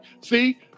See